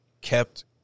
kept